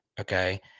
Okay